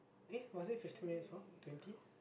eh was it fifteen minutes walk twenty